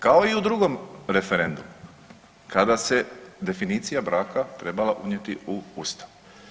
Kao i u drugom referendumu kada se definicija braka trebala unijeti u Ustav.